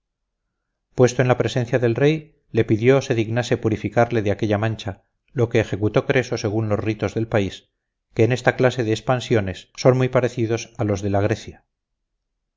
puesto en la presencia del rey le pidió se dignase purificarle de aquella mancha lo que ejecutó creso según los ritos del país que en esta clase de expansiones son muy parecidos a los de la grecia